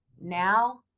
now,